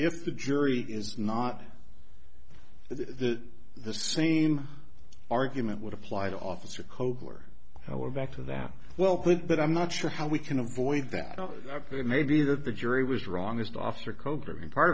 if the jury is not that the same argument would apply to officer kobler we're back to that well put but i'm not sure how we can avoid that it may be that the jury was wrong as to officer coker being part